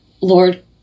Lord